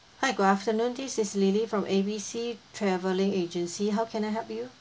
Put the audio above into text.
hi good afternoon this is lily from A B C travelling agency how can I help you